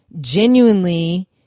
genuinely